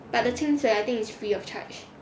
but the 清水 I think is free of charge